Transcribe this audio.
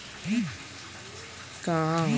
गेहूं के खेती के लगभग पंचानवे प्रतिशत क्षेत्र सींचल हई